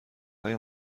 های